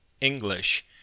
English